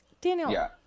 Daniel